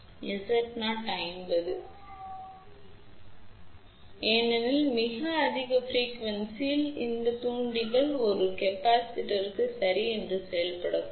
எனவே நீங்கள் 500  ஆக இருக்கலாம் அதிகபட்சம் 5000 take ஆக இருக்கலாம் ஆனால் அதை விட அதிகமாக இல்லை தூண்டியின் மிகப் பெரிய மதிப்பை எடுக்க வேண்டாம் ஏனெனில் மிக அதிக அதிர்வெண்ணில் இந்த தூண்டிகள் ஒரு கொள்ளளவு சரி ஆக செயல்படக்கூடும்